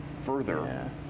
further